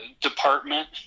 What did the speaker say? department